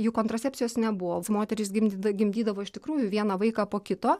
juk kontracepcijos nebuvo moterys gimdy gimdydavo iš tikrųjų vieną vaiką po kito